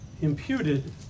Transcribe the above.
imputed